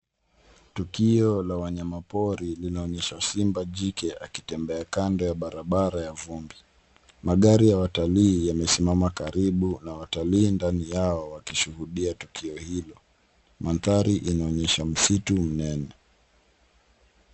Tukio la wanyama pori linaonyesha simba jike akitembea kando ya barabara ya vumbi. Magari ya watalii yamesimama karibu na watalii ndani yao wakishuhudia tukio hilo. Mandhari inaonyesha msitu mnene.